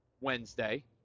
Wednesday